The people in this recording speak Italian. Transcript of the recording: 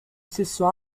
stesso